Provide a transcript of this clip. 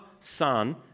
Son